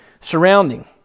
surrounding